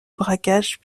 braquage